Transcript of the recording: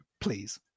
please